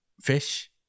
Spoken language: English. fish